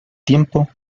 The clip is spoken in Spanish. tiempo